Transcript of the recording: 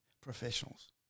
professionals